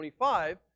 25